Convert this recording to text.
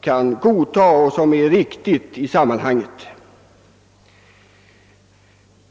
kan godtas i sammanhanget.